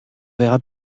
verra